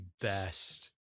best